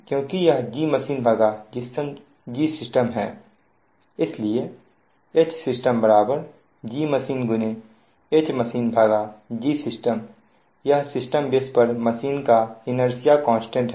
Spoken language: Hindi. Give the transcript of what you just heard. इसलिए Hsystem Gmachine HmachineGsystem यह सिस्टम बेस पर मशीन का इनेर्सिया कांस्टेंट है